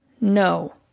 No